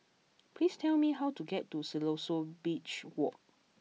please tell me how to get to Siloso Beach Walk